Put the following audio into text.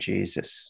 Jesus